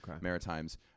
Maritimes